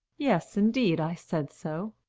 yes, indeed i said so!